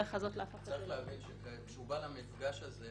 צריך להבין שכאשר הוא בא למפגש הזה,